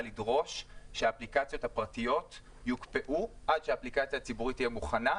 לדרוש שהאפליקציות פרטיות יוקפאו עד שהאפליקציה הציבורית תהיה מוכנה,